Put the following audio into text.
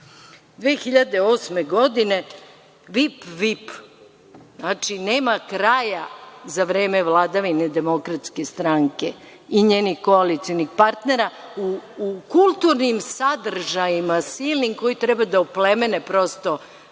2008. VIP, VIP, znači, nema kraja za vreme vladavine Demokratske stranke i njenih koalicionih partnera u kulturnim sadržajima silnim koji treba da oplemene prosto